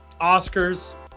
oscars